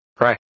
right